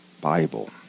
Bible